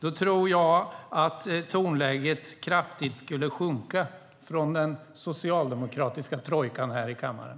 Då tror jag att tonläget kraftigt skulle sjunka från den socialdemokratiska trojkan här i kammaren.